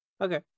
Okay